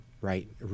right